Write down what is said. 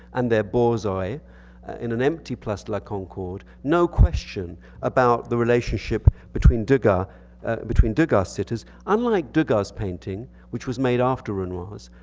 and their ballseye in an empty place la concorde. no question about the relationship between dega's sitters. dega's sitters. unlike dega's painting, which was made after renoir's,